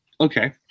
Okay